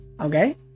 Okay